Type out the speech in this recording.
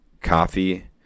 coffee